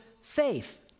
faith